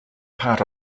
part